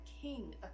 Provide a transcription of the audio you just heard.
king